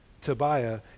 Tobiah